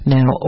Now